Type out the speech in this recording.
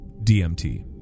DMT